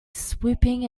swooping